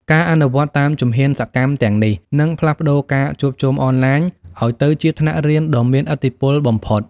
ការអនុវត្តតាមជំហានសកម្មទាំងនេះ នឹងផ្លាស់ប្តូរការជួបជុំអនឡាញឱ្យទៅជាថ្នាក់រៀនដ៏មានឥទ្ធិពលបំផុត។